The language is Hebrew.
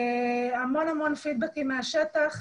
מקבלים המון פי משובים מהשטח,